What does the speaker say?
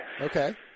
Okay